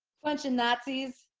punching nazis.